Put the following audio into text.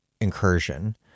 incursion